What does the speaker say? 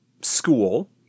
school